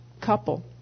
couple